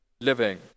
living